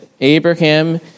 Abraham